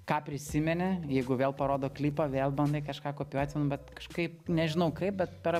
ką prisimeni jeigu vėl parodo klipą vėl bandai kažką kopijuoti nu bet kažkaip nežinau kaip bet per